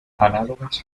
análogas